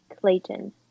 Clayton